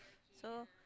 so